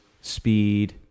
speed